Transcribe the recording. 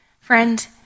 Friend